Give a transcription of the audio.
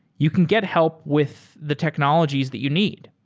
you can get help with the technologies that you need.